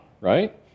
right